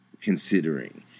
considering